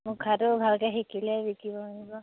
মুখাটো ভালকৈ শিকিলে বিকিবও পাৰিব